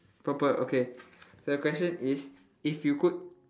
purple okay so the question is if you could